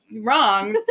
wrong